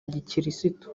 gikirisitu